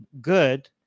good